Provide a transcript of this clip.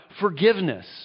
forgiveness